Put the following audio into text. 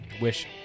wish